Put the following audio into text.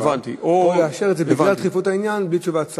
או לאשר את זה בגלל דחיפות העניין בלי תשובת שר.